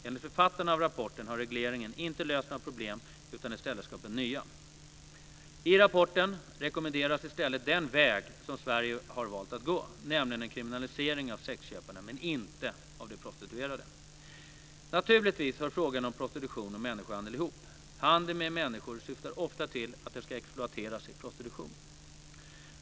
Enligt författarna av rapporten har regleringen inte löst några problem utan i stället skapat nya. I rapporten rekommenderas i stället den väg som Sverige har valt att gå, nämligen en kriminalisering av sexköparna men inte av de prostituerade. Naturligtvis hör frågor om prostitution och människohandel ihop. Handeln med människor syftar ofta till att de ska exploateras i prostitution.